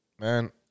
Man